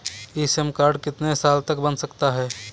ई Shram card कितने साल तक बन सकता है?